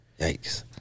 Yikes